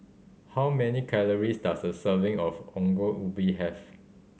how many calories does a serving of Ongol Ubi have